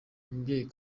umubyeyi